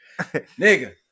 Nigga